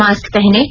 mask पहनें